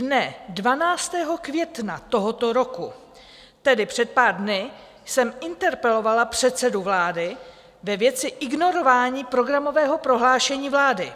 Dne 12. května tohoto roku, tedy před pár dny, jsem interpelovala předsedu vlády ve věci ignorování programového prohlášení vlády.